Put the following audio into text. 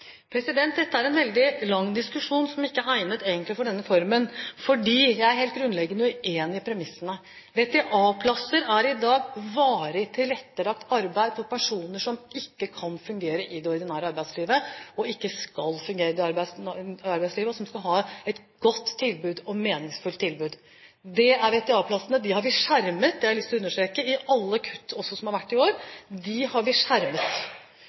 Dette er en veldig lang diskusjon som ikke egentlig er egnet for denne formen. Jeg er helt grunnleggende uenig i premissene. VTA-plasser er i dag varig tilrettelagt arbeid for personer som ikke kan fungere i det ordinære arbeidslivet, og som ikke skal fungere i det ordinære arbeidslivet, men som skal ha et godt og meningsfullt tilbud. Det er VTA-plassene. De har vi skjermet – det har jeg lyst til å understreke – i alle kutt som har vært i år. De har vi skjermet,